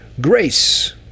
Grace